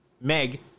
Meg